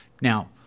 Now